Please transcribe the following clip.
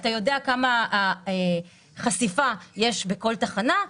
אתה יודע כמה חשיפה יש בכל תחנה.